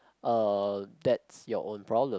uh that's your own problem